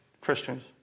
Christians